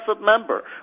member